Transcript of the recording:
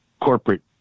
corporate